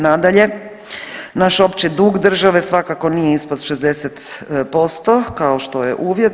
Nadalje, naš opći dug države svakako nije ispod 60% kao što je uvjet.